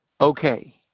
Okay